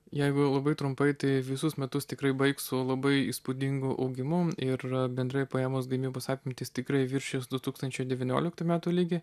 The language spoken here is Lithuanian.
jeigu labai trumpai tai visus metus tikrai baigs su labai įspūdingu augimu ir bendrai paėmus gamybos apimtys tikrai viršys du tūkstančiai devynioliktų metų lygį